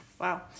wow